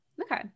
Okay